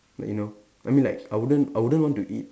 like you know I mean like I wouldn't I wouldn't want to eat